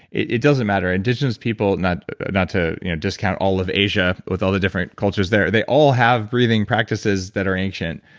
it doesn't matter. indigenous people not not to you know discount all of asia with all the different cultures there, they all have breathing practices that are ancient,